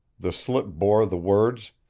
the slip bore the words